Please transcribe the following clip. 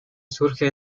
surge